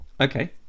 okay